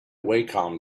wacom